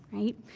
right?